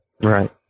Right